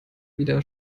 wieder